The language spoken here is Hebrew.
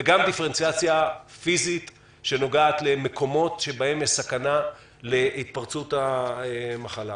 וגם דיפרנציאציה פיזית שנוגעת למקומות שבהם יש סכנה להתפרצות המחלה.